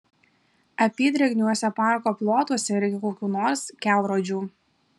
apydrėgniuose parko plotuose reikia kokių nors kelrodžių